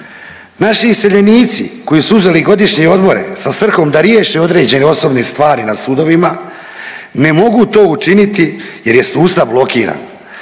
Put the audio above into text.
Naši iseljenici koji su uzeli godišnje odmore sa svrhom da riješe određene osobne stvari na sudovima ne mogu to učiniti jer je sustav blokiran,